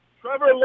Trevor